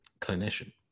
clinician